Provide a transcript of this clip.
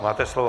Máte slovo.